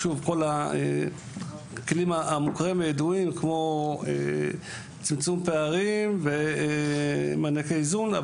שוב כל הכלים המוכרים והידועים כמו צמצום פערים ומענקי איזון,